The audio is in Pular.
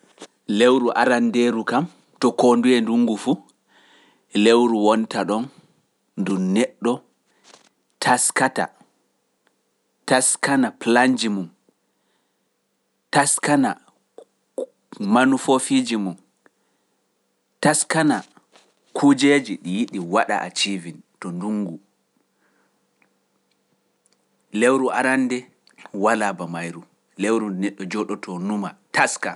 Lewru arandeeru kam to konduye ndungu fu, lewru wonta ɗon ndu neɗɗo taskata, taskana planji mum, taskana manufofiiji mum, taskana kujeeji ɗi yiɗi waɗa aciwi to ndungu. Lewru arande walaa ba mayru. Lewru neɗɗo jooɗoto Numa Taska.